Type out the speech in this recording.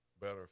better